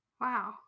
Wow